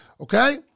Okay